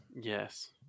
Yes